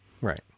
Right